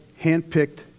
handpicked